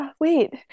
wait